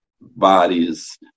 bodies